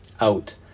out